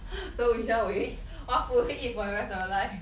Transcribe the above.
so which one will you eat what food will you eat for the rest of your life